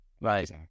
Right